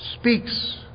speaks